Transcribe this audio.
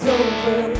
over